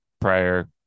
prior